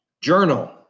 Journal